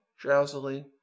drowsily